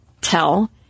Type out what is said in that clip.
tell